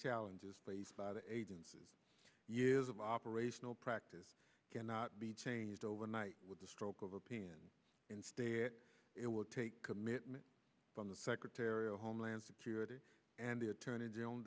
challenges placed by the agency years of operational practice cannot be changed overnight with the stroke of opinion instead it will take commitment from the secretary of homeland security and the attorney general